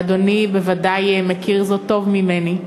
ואדוני בוודאי מכיר זאת טוב ממני,